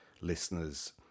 listeners